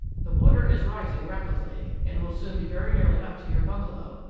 the water is rising rapidly and will soon be very nearly up to your bungalow.